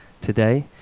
today